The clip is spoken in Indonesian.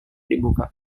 dibuka